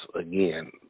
Again